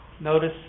Notice